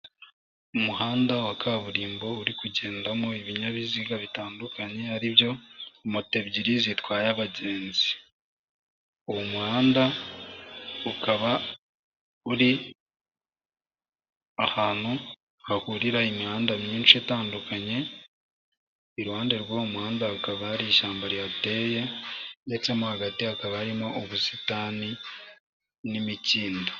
Umuhanda wa kaburimbo uri kugendamo ibinyabiziga bitandukanye ari byo moto ebyiri zitwaye abagenzi, uwo muhanda ukaba uri ahantu hahurira imihanda myinshi itandukanye, iruhande rw'uwo muhanda ukaba ari ishyamba riteye ndetsemo hagati hakaba harimo ubusitani n'imikindo.